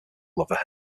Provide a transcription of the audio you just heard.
lover